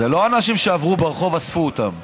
זה לא אנשים שעברו ברחוב, אספו אותם.